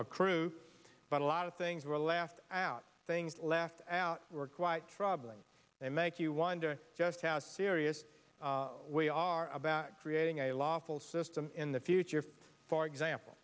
accrue but a lot of things were left out things left out were quite troubling they make you wonder just how serious we are about creating a lawful system in the future if for example